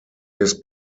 his